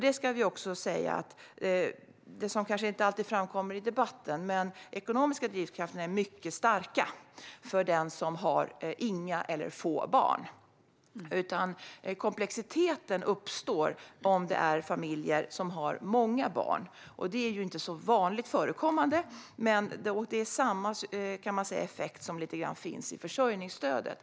Det framkommer kanske inte alltid i debatten, men det förtjänar att sägas att de ekonomiska drivkrafterna är mycket starka för den som har få eller inga barn. Komplexiteten uppstår när det handlar om familjer som har många barn, vilket inte är så vanligt förekommande. Det är samma effekt som finns i samband med försörjningsstödet.